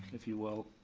if you will,